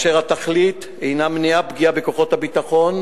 והתכלית היא מניעת פגיעה בכוחות הביטחון